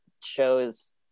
shows